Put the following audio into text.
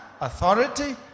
authority